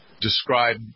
describe